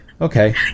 okay